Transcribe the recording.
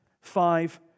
Five